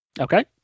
Okay